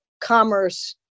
commerce